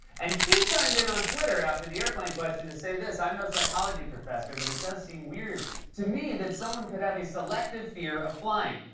and he chimed in on twitter after the airplane question to say this i'm no psychology professor, but it does seem weird to me that someone could have a selective fear of flying.